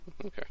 Okay